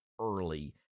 early